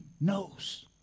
knows